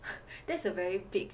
that's a very big